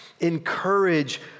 encourage